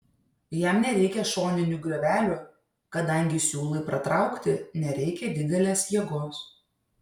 jam nereikia šoninių griovelių kadangi siūlui pratraukti nereikia didelės jėgos